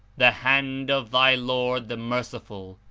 the hand of thy lord, the merciful,